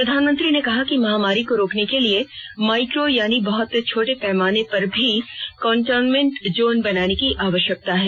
प्रधानमंत्री ने कहा कि महामारी की रोकथाम के लिए माइक्रो यानी बहत छोटे पैमाने पर भी कंटेंनमेंट जोन बनाने की आवश्यकता है